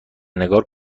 نگار